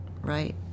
right